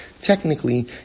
technically